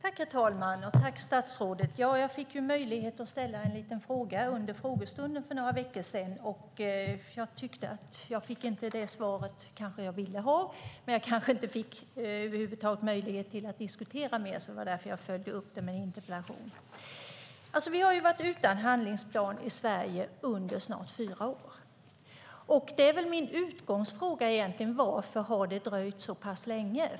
Herr talman! Tack, statsrådet! Jag fick möjlighet att ställa en liten fråga under frågestunden för några veckor sedan. Jag tyckte inte att jag fick det svar jag ville ha, men det kanske var för att jag över huvud taget inte fick möjlighet att diskutera mer. Det var därför jag följde upp det med en interpellation. Vi har ju varit utan handlingsplan i Sverige under snart fyra år. Det är egentligen min utgångsfråga: Varför har det dröjt så pass länge?